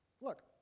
look